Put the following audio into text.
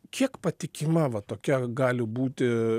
kiek patikima va tokia gali būti